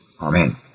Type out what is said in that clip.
Amen